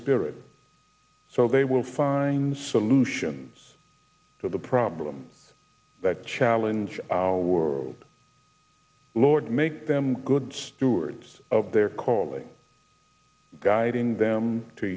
spirit so they will find solutions to the problems that challenge our lord make them good stewards of their calling guiding them to